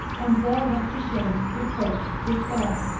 and there left to shame, reproach, despair.